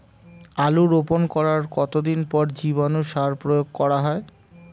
আলু রোপণ করার কতদিন পর জীবাণু সার প্রয়োগ করা হয়?